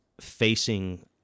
facing